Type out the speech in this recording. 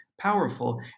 powerful